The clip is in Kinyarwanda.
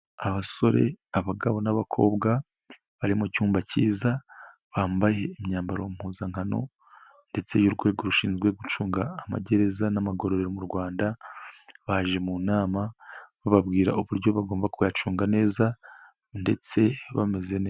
Abasore, abagabo n'abakobwa bari mu cyumba cyiza bambaye imyambaro mpuzankano ndetse y'urwego rushinzwe gucunga amagereza n'amagororero mu Rwanda baje mu nama bababwira uburyo bagomba kuyacunga neza ndetse bameze neza.